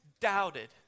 doubted